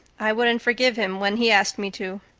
i wouldn't forgive him when he asked me to.